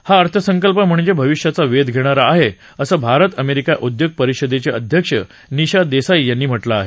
हा अर्थसंकल्प म्हणजे भविष्याचा वेध घेणारा आहे असं भारत अमेरिका उद्योग परिषदेचे अध्यक्ष निशा देसाई यांनी म्हटलं आहे